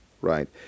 right